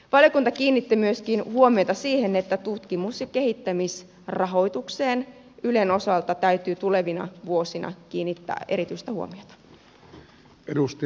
valiokunta kiinnitti myöskin huomiota siihen että tutkimus ja kehittämisrahoitukseen ylen osalta täytyy tulevina vuosina kiinnittää erityistä huomiota